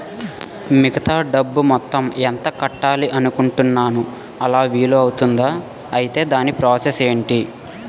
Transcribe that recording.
మిగతా డబ్బు మొత్తం ఎంత కట్టాలి అనుకుంటున్నాను అలా వీలు అవ్తుంధా? ఐటీ దాని ప్రాసెస్ ఎంటి?